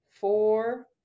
four